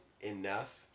enough